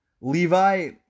Levi